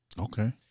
Okay